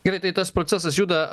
gerai tai tas procesas juda